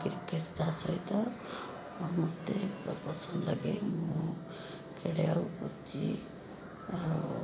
cricket ତା'ସହିତ ମୋତେ ପସନ୍ଦ ଲାଗେ ମୁଁ ଖେଳେ ଆଉ ପୁଚି ଆଉ